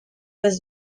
was